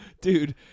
dude